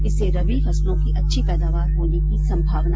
इससे रबी फसलों की अच्छी पैदावार होने की संभावना है